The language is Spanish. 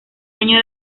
año